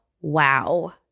Wow